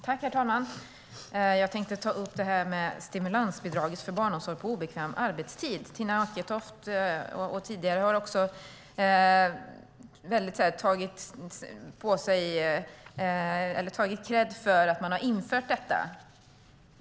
Herr talman! Jag tänkte ta upp stimulansbidraget för barnomsorg på obekväm arbetstid. Tina Acketoft har både nu och tidigare tagit åt sig äran för att ha infört detta.